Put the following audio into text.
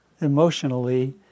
emotionally